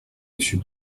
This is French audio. avec